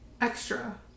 extra